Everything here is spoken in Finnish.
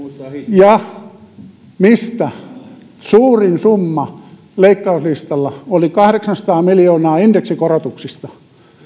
ja mistä suurin summa leikkauslistalla oli kahdeksansataa miljoonaa indeksikorotuksista